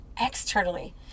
externally